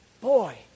Boy